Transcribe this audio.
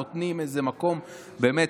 נותנים איזה מקום באמת,